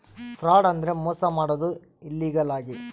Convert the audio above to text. fraud ಅಂದ್ರೆ ಮೋಸ ಮಾಡೋದು ಇಲ್ಲೀಗಲ್ ಆಗಿ